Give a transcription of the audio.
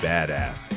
Badass